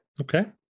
Okay